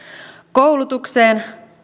koulutukseen